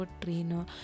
trainer